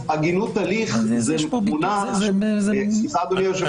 אני חושב,